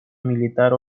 militar